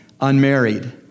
unmarried